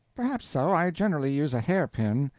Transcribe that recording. perhaps so i generally use a hair pin.